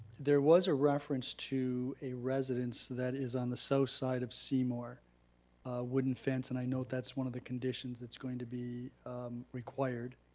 there was a reference to a residence that is on the south so side of seymour. a wooden fence and i know that's one of the conditions that's going to be required.